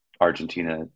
Argentina